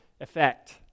effect